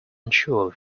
unsure